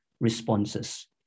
responses